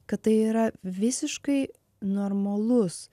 kad tai yra visiškai normalus